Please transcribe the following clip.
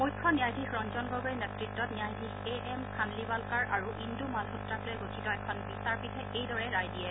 মুখ্য ন্যায়াধীশ ৰঞ্জন গগৈৰ নেতৃত্বত ন্যায়াধীশ এ এম খানৱিলকাৰ আৰু ইন্দ্ মালহোত্ৰাকলৈ গঠিত এখন বিচাৰপীঠে এইদৰে ৰায় দিয়ে